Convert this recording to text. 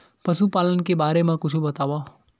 पशुपालन के बारे मा कुछु बतावव?